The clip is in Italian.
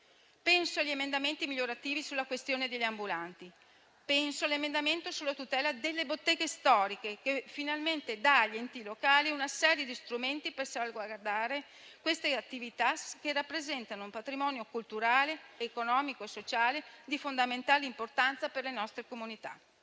Penso agli emendamenti migliorativi sulla questione degli ambulanti, penso all'emendamento sulla tutela delle botteghe storiche, che finalmente dà agli enti locali una serie di strumenti per salvaguardare queste attività, che rappresentano un patrimonio culturale, economico e sociale di fondamentale importanza per le nostre comunità.